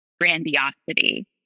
grandiosity